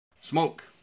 Smoke